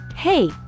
Hey